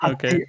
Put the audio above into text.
Okay